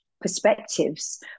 perspectives